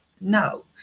No